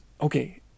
okay